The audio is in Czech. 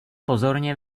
pozorně